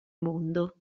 mondo